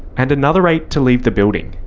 and another eight to leave the building.